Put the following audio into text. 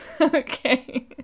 Okay